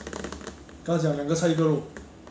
I know as in 那 expiry date 没有过我跟你讲